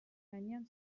gainean